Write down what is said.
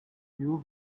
you